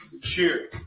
cheer